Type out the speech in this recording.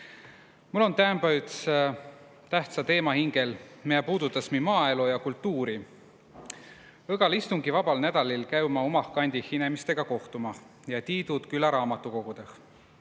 Mul om täämba üts tähtsa teema hingel, mia puudutas mi maaelo ja kultuuri. Õgal istungivabal nädalil käü ma umah kandih inemistega kohtumah ja tii tuud külaraamatukogudõh.